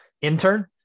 intern